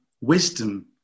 wisdom